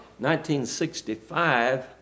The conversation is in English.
1965